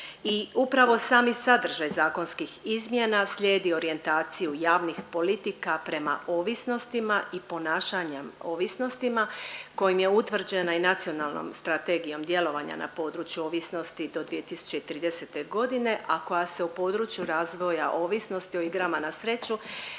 upravo sami sadržaj zakonskih izmjena slijedi orijentaciju javnih politika prema ovisnostima i ponašanjem ovisnostima kojim je utvrđena i Nacionalnom strategijom djelovanja na području ovisnosti do 2030. g., a koja se u području razvoja ovisnosti o igrama na sreću